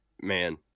man